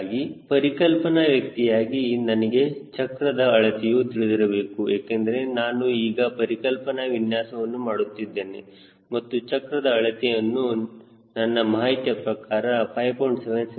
ಹೀಗಾಗಿ ಪರಿಕಲ್ಪನಾ ವ್ಯಕ್ತಿಯಾಗಿ ನನಗೆ ಚಕ್ರದ ಅಳತೆಯು ತಿಳಿದಿರಬೇಕು ಏಕೆಂದರೆ ನಾನು ಈಗ ಪರಿಕಲ್ಪನಾ ವಿನ್ಯಾಸವನ್ನು ಮಾಡುತ್ತಿದ್ದೇನೆ ಮತ್ತು ಚಕ್ರದ ಅಳತೆಯ ನನ್ನ ಮಾಹಿತಿಯ ಪ್ರಕಾರ 5